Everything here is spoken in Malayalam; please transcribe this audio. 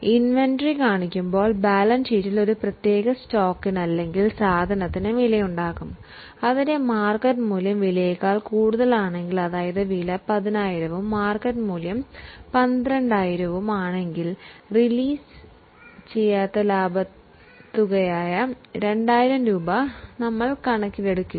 ഇൻവെന്ററിയുടെ വില 10000 വും മാർക്കറ്റ് വാല്യൂ 12000 വും ആണെങ്കിൽ അതായത് വിലയേക്കാൾ മാർക്കറ്റ് വാല്യൂ കൂടുതലാണെങ്കിൽ യഥാർത്ഥ ലാഭമല്ലാത്ത 2000 രൂപ നമ്മൾ രേഖപ്പെടുത്തേണ്ടതില്ല